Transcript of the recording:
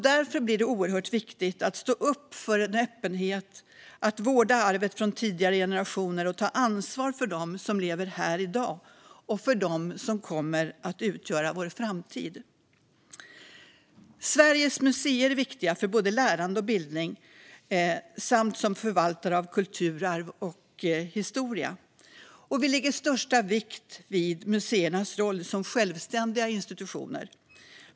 Därför blir det oerhört viktigt att stå upp för öppenhet, att vårda arvet från tidigare generationer och att ta ansvar för dem som lever här i dag och för dem som kommer att utgöra vår framtid. Sveriges museer är viktiga för både lärande och bildning samt som förvaltare av kulturarv och historia. Vi lägger största vikt vid museernas roll som självständiga institutioner.